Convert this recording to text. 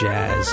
Jazz